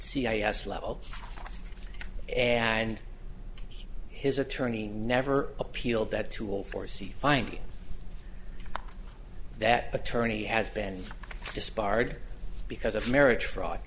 c i s level and his attorney never appealed that to all foresee finding that attorney has been disbarred because of marriage fraud